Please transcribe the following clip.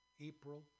April